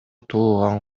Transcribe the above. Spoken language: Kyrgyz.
туулган